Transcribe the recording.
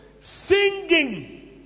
singing